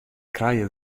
krije